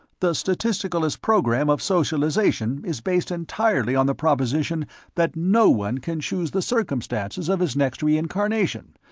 the statisticalist program of socialization is based entirely on the proposition that no one can choose the circumstances of his next reincarnation,